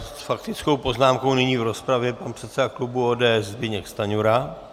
S faktickou poznámkou nyní v rozpravě pan předseda klubu ODS Zbyněk Stanjura.